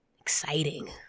Exciting